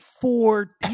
four